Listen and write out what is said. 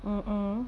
mm mm